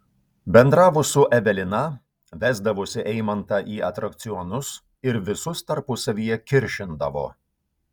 bendravo su evelina vesdavosi eimantą į atrakcionus ir visus tarpusavyje kiršindavo